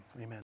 amen